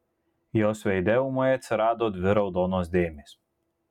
jos veide ūmai atsirado dvi raudonos dėmės